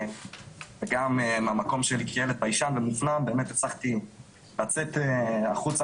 וגם מהמקום של ילד ביישן ומופנם באמת הצלחתי לצאת החוצה